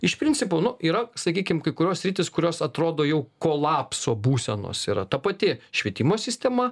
iš principo yra sakykim kai kurios sritys kurios atrodo jau kolapso būsenos yra ta pati švietimo sistema